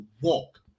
walk